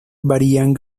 varían